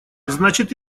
значит